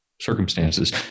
circumstances